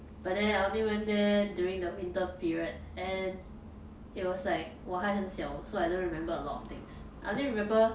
but then I only went there during the winter period and it was like 我还很小 so I don't remember a lot of things I only remember